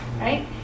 right